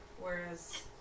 whereas